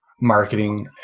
marketing